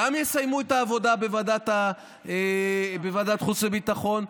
גם יסיימו את העבודה בוועדת החוץ והביטחון,